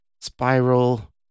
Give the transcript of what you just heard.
spiral